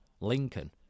Lincoln